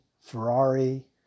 Ferrari